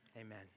Amen